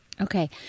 Okay